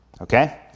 okay